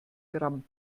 gramm